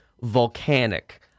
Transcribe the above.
volcanic